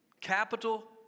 capital